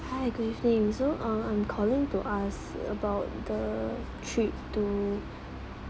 hi good evening so uh I'm calling to ask about the trip to